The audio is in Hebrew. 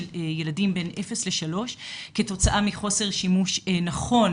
ילדים בין אפס לשלוש כתוצאה מחוסר שימוש נכון,